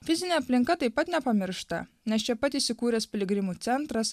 fizinė aplinka taip pat nepamiršta nes čia pat įsikūręs piligrimų centras